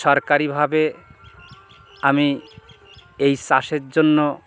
সরকারিভাবে আমি এই চাষের জন্য